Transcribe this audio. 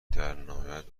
درنهایت